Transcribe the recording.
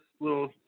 little